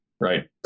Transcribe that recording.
right